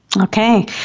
Okay